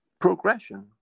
progression